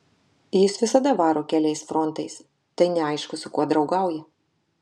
jis visada varo keliais frontais tai neaišku su kuo draugauja